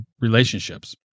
relationships